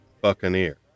buccaneer